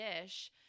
dish